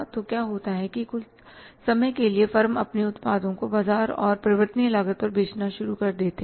तो क्या होता है कि कुछ समय के लिए फर्म अपने उत्पादों को बाजार और परिवर्तनीय लागत पर बेचना शुरू कर देते हैं